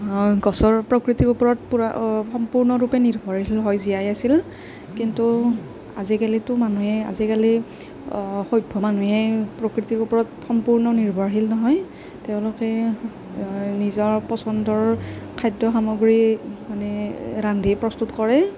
গছৰ ওপৰত প্ৰকৃতিৰ ওপৰত পূৰা সম্পূৰ্ণৰূপে নিৰ্ভৰশীল হৈ জীয়াই আছিল কিন্তু আজিকালিতো মানুহে আজিকালি সভ্য় মানুহে প্ৰকৃতিৰ ওপৰত সম্পূৰ্ণ নিৰ্ভৰশীল নহয় তেওঁলোকে নিজা পচন্দৰ খাদ্য় সামগ্ৰী মানে ৰান্ধি প্ৰস্তুত কৰে